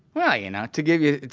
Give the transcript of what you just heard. yeah you know, to give you,